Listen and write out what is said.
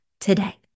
today